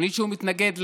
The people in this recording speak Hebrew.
התוכנית שהוא מתנגד לה.